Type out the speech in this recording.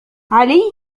علي